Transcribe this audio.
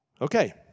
Okay